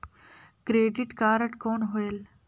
Credit card कौन होएल?